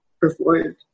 performed